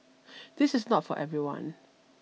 this is not for everyone